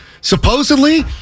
Supposedly